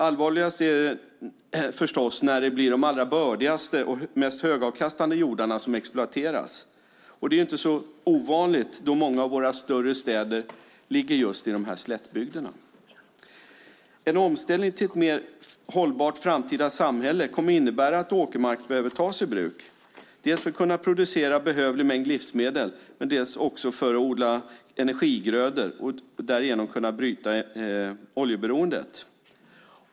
Allvarligast är det förstås när det blir de allra bördigaste och mest högavkastande jordarna som exploateras, och det är ju inte så ovanligt då många av våra större städer ligger just i slättbygderna. En omställning till ett mer hållbart framtida samhälle kommer att innebära att åkermark behöver tas i bruk, dels för att kunna producera behövlig mängd livsmedel, dels för att odla energigrödor och därigenom kunna bryta oljeberoendet.